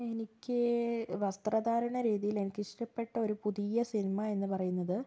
എനിക്ക് വസ്ത്രധാരണ രീതിയില് എനിക്കിഷ്ടപ്പെട്ട ഒരു പുതിയ സിനിമ എന്ന് പറയുന്നത്